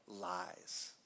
lies